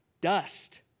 dust